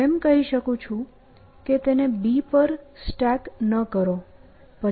હું એમ કહી શકું છું કે તેને B પર સ્ટેક ન કરો